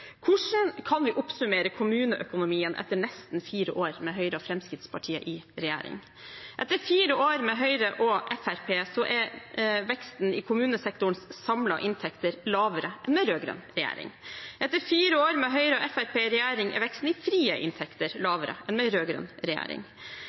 Hvordan kan vi oppsummere kommuneøkonomien etter nesten fire år med Høyre og Fremskrittspartiet i regjering? Etter fire år med Høyre og Fremskrittspartiet er veksten i kommunesektorens samlede inntekter lavere enn med rød-grønn regjering. Etter fire år med Høyre og Fremskrittspartiet i regjering er veksten i frie inntekter